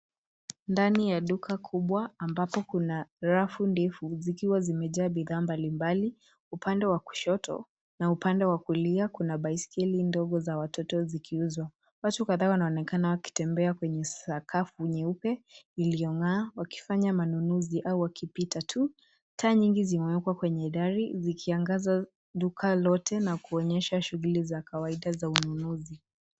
Ni duka kubwa lenye rafu nyingi zikiwa zimejaa bidhaa mbalimbali. Upande wa kushoto na kulia kuna baiskeli ndogo za watoto. Wateja wanapita kwenye sakafu wakifanya manunuzi. Taa nyingi zipo katika duka, zikionyesha bidhaa zote na kuonyesha mwendo wa ununuzi